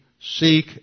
Seek